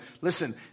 Listen